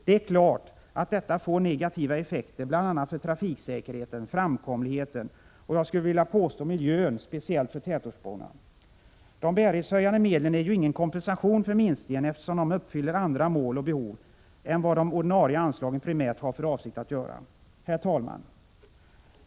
Det är klart att detta får negativa effekter, bl.a. för trafiksäkerheten, framkomligheten och jag skulle vilja påstå miljön, speciellt för tätortsborna. De bärighetshöjande medlen är ju ingen kompensation för minskningen, eftersom de gäller andra mål och behov än vad de ordinarie anslagen primärt är avsedda för. Herr talman!